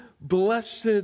Blessed